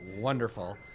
wonderful